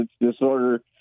disorder